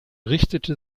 richtete